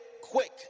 quick